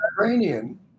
Iranian